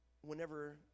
whenever